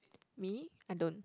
me I don't